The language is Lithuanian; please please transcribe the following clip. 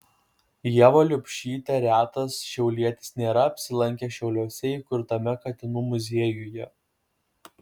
ieva liubšytė retas šiaulietis nėra apsilankęs šiauliuose įkurtame katinų muziejuje